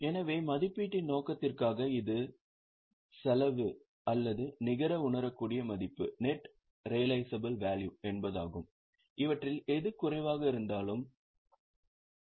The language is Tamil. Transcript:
எனவே மதிப்பீட்டின் நோக்கத்திற்காக இது செலவு அல்லது நிகர உணரக்கூடிய மதிப்பு என்பதாகும் இவற்றில் எது குறைவாக இருந்தாலும் சரி